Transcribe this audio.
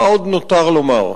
מה עוד נותר לומר?